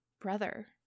Brother